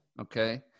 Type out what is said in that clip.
Okay